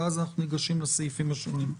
ואז אנחנו ניגשים לסעיפים השונים.